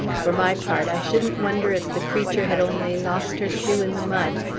for my part, i shouldn't wonder if the creature had only lost her shoe in the mud,